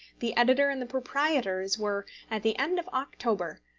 the editor and the proprietors were, at the end of october,